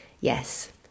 Yes